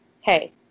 hey